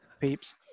peeps